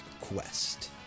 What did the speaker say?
Quest